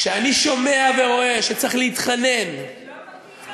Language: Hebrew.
כשאני שומע ורואה שצריך להתחנן, לא מתאים לו?